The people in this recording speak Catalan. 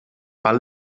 pal